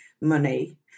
money